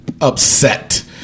upset